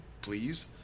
Please